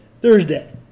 Thursday